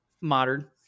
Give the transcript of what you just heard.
modern